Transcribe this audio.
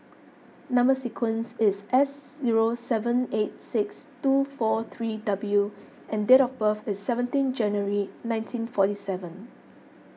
Number Sequence is S zero seven eight six two four three W and date of birth is seventeen January nineteen forty seven